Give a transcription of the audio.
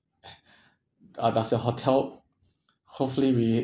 uh does your hotel hopefully we